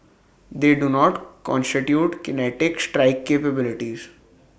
they do not constitute kinetic strike capabilities